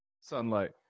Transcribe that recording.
sunlight